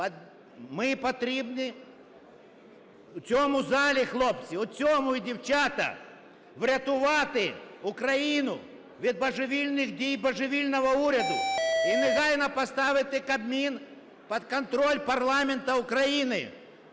Ми потрібні... в цьому залі, хлопці, у цьому, і дівчата, врятувати Україну від божевільних дій божевільного уряду і негайно поставити Кабмін під контроль парламенту України,